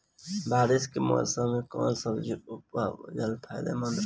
बारिश के मौषम मे कौन सब्जी उपजावल फायदेमंद रही?